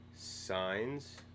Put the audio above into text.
signs